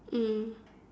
mm